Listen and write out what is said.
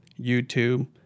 youtube